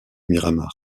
miramar